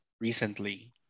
recently